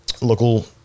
local